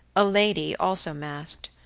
a lady, also masked,